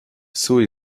sue